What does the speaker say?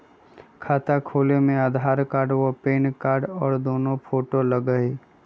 खाता खोले में आधार कार्ड और पेन कार्ड और दो फोटो लगहई?